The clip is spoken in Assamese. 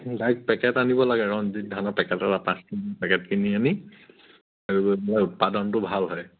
ডাইৰেক্ট পেকেট আনিব লাগে ৰঞ্জিত ধানৰ পেকেট এটা পাঁচ কেজি পেকেট কিনি আনি আৰু উৎপাদনটো ভাল হয়